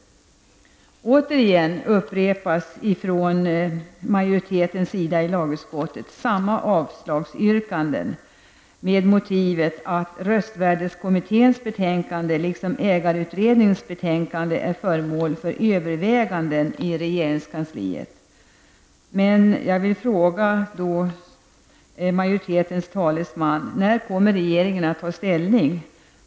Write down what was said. Lagutskottets majoritet återupprepar samma avslagsyrkande med motiveringen att röstvärdeskommitténs betänkande liksom ägarutredningens betänkande är föremål för överväganden i regeringskansliet. Jag vill fråga majoritetens talesman: När kommer regeringen att ta ställning?